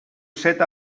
set